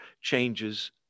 changes